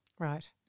Right